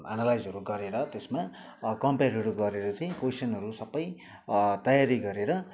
एनालाइजहरू गरेर त्यसमा कमपेरहरू गरेर चाहिँ कोइसनहरू सबै तयारी गरेर